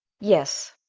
yes,